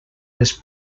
les